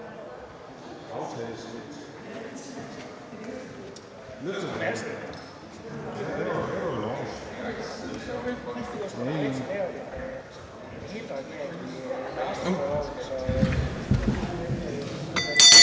Det er jo en falsk